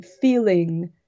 feeling